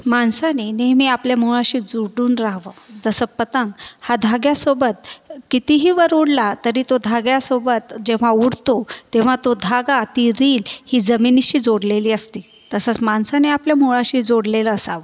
माणसाने नेहमी आपल्या मुळाशी जोडून रहावं जसं पतंग हा धाग्यासोबत कितीही वर उडाला तरी तो धाग्यासोबत जेव्हा उडतो तेव्हा तो धागा ती रील ही जमिनीशी जोडलेली असते तसंच माणसाने आपल्या मुळाशी जोडलेलं असावं